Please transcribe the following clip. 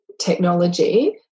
technology